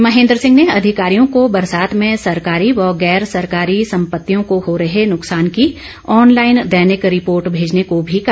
महेंद्र सिंह ने अधिकारियों को बरसात में सरकारी व गैर सरकारी संपतियों को हो रहे नुकसान की ऑनलाईन दैनिक रिर्पोट भेजने को भी कहा